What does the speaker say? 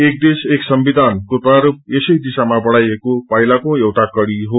एक देश एक संविधान को प्रारूप् यसै दिशामा बढ़ाईएको पाइलको एउआ कड़ी हो